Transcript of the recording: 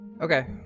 okay